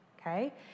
okay